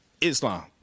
Islam